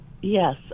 Yes